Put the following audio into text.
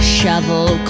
Shovel